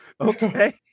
Okay